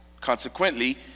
Consequently